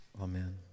Amen